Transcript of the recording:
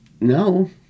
no